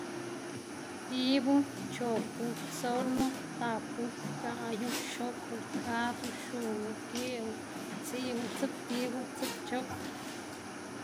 Tibu chopu tsonu tapu gaꞌyu xopu gadzu xunu geꞌwu tsiꞌwu tsiptibu tsipchop